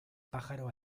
pájaro